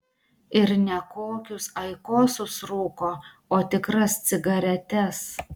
ir ne kokius aikosus rūko o tikras cigaretes